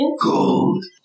gold